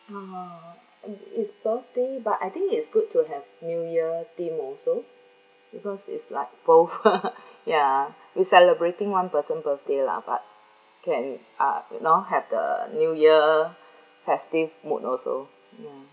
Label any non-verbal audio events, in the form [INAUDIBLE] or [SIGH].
uh it's it's birthday but I think it's good to have new year theme also because it's like close [LAUGHS] ya we celebrating one person birthday lah but can uh now have the new year festive mood also ya